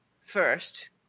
first